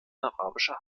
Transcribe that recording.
arabischer